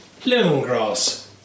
lemongrass